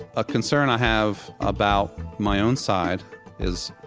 a concern i have about my own side is,